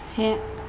से